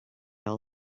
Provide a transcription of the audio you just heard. all